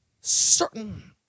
certain